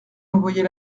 envoyer